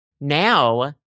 now